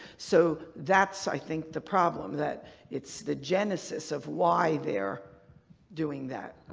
so that's i think the problem that it's the genesis of why they're doing that.